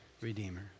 redeemer